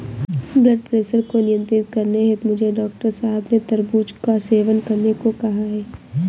blood pressure को नियंत्रित करने हेतु मुझे डॉक्टर साहब ने तरबूज का सेवन करने को कहा है